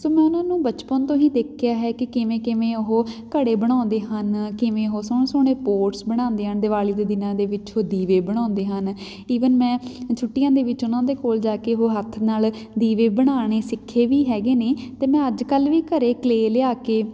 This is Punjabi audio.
ਸੋ ਮੈਂ ਉਹਨਾਂ ਨੂੰ ਬਚਪਨ ਤੋਂ ਹੀ ਦੇਖਿਆ ਹੈ ਕਿ ਕਿਵੇਂ ਕਿਵੇਂ ਉਹ ਘੜੇ ਬਣਾਉਂਦੇ ਹਨ ਕਿਵੇਂ ਉਹ ਸੋਹਣੇ ਸੋਹਣੇ ਪੋਟਸ ਬਣਾਉਂਦੇ ਹਨ ਦਿਵਾਲੀ ਦੇ ਦਿਨਾਂ ਦੇ ਵਿੱਚ ਉਹ ਦੀਵੇ ਬਣਾਉਂਦੇ ਹਨ ਈਵਨ ਮੈਂ ਛੁੱਟੀਆਂ ਦੇ ਵਿੱਚ ਉਹਨਾਂ ਦੇ ਕੋਲ ਜਾ ਕੇ ਉਹ ਹੱਥ ਨਾਲ ਦੀਵੇ ਬਣਾਉਣੇ ਸਿੱਖੇ ਵੀ ਹੈਗੇ ਨੇ ਅਤੇ ਮੈਂ ਅੱਜ ਕੱਲ੍ਹ ਵੀ ਘਰ ਕਲੇਅ ਲਿਆ ਕੇ